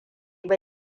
ba